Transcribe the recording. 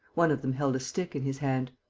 one of them held a stick in his hand.